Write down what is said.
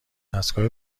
دستگاه